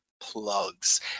plugs